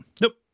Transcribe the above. Nope